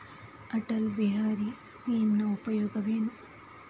ಅಟಲ್ ಬಿಹಾರಿ ಸ್ಕೀಮಿನ ಉಪಯೋಗವೇನು?